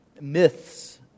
myths